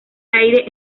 aire